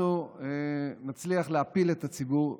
אנחנו נצליח להפיל את הציבור בפח.